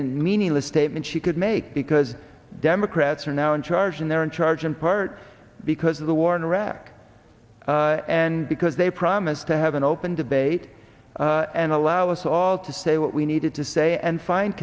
and meaningless statement she could make because democrats are now in charge and they're in charge in part because the war in iraq and because they promised to have an open debate and allow us all to say what we needed to say and find